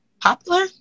Popular